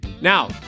Now